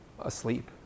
asleep